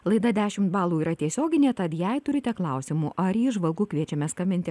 laida dešimt balų yra tiesioginė tad jei turite klausimų ar įžvalgų kviečiame skambinti